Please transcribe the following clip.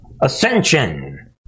ascension